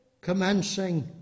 commencing